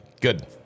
Good